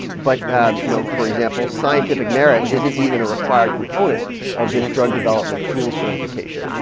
but you know, for example, scientific merit isn't even a required component of this drug development tool certification.